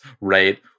right